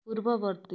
ପୂର୍ବବର୍ତ୍ତୀ